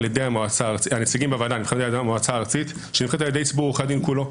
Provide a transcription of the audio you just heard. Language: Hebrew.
ידי המועצה הארצית שנבחרת על ידי ציבור עורכי הדין כולו.